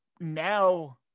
now